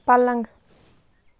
پلنٛگ